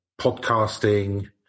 podcasting